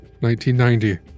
1990